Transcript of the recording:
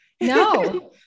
No